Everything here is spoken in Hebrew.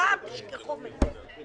הפעם תשכחו מזה.